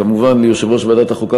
כמובן ליושב-ראש ועדת החוקה,